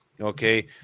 Okay